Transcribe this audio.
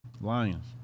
Lions